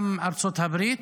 גם ארצות הברית.